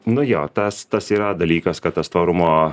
nu jo tas tas yra dalykas kad tas tvarumo